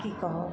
आर की कहब